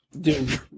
Dude